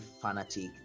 fanatic